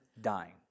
dying